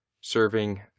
serving